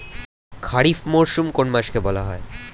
খারিফ মরশুম কোন কোন মাসকে বলা হয়?